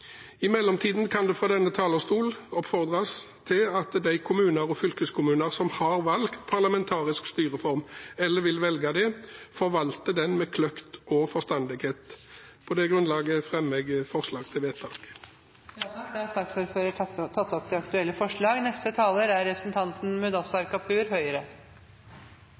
mellomtiden kan det fra denne talerstolen oppfordres til at de kommuner og fylkeskommuner som har valgt parlamentarisk styreform, eller vil velge det, forvalter den med kløkt og forstandighet. På dette grunnlag tilrår jeg komiteens innstilling. Takk til saksordføreren for en grundig redegjørelse. Det er